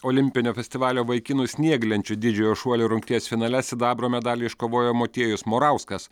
olimpinio festivalio vaikinų snieglenčių didžiojo šuolio rungties finale sidabro medalį iškovojo motiejus morauskas